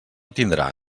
tindrà